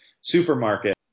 supermarket